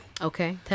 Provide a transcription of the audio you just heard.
okay